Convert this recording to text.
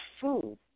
food